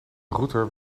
router